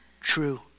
true